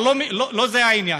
אבל לא זה העניין,